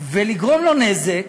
ולגרום לו נזק,